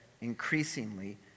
increasingly